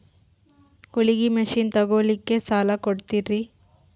ಹೊಲಗಿ ಮಷಿನ್ ತೊಗೊಲಿಕ್ಕ ಸಾಲಾ ಕೊಡ್ತಿರಿ?